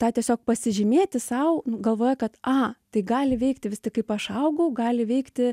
tą tiesiog pasižymėti sau galvoje kad a tai gali veikti vis tik kaip aš augau gali veikti